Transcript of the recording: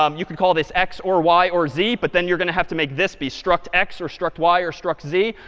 um you can call this x or y or z. but then you're going to have to make this be struct x or struct y or struct z.